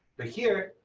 but here,